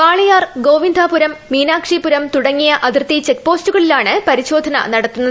വാളയാർ ഗോവിന്ദാപുരം മീനാക്ഷിപുരം തുടങ്ങിയ അതിർത്തി ചെക്ക്പോസ്റ്റുകളിലാണ് പരിശോധന നടത്തുന്നത്